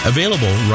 Available